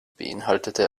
beinhaltete